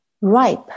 ripe